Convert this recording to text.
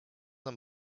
nam